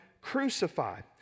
crucified